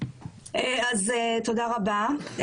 אז תודה רבה,